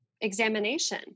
examination